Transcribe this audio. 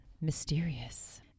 mysterious